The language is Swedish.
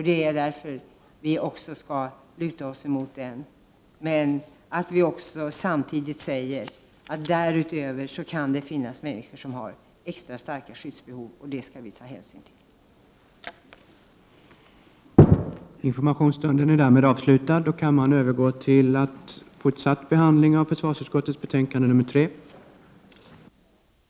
Det är därför som vi också skall luta oss emot den. Samtidigt säger vi att därutöver kan det finnas människor som har extra starkt skyddsbehov, och det skall vi ta hänsyn till.